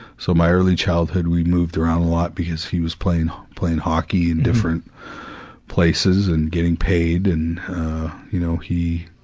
so my early childhood we moved around a lot because he was playing, playing hockey in different places and getting paid and, ah you know, he,